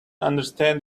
understand